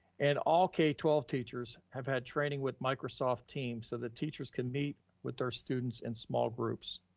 and all k twelve teachers have had training with microsoft teams so that teachers can meet with their students in small groups.